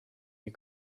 you